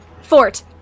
fort